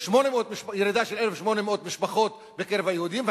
ירידה של 1,800 משפחות בקרב היהודים,